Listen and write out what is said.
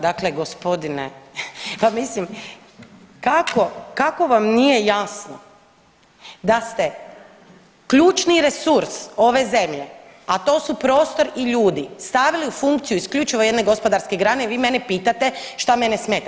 Dakle, gospodine pa mislim kako, kako vam nije jasno da ste ključni resurs ove zemlje, a to su prostor i ljudi stavili u funkciju isključivo jedne gospodarske grane i vi mene pitate šta mene smeta.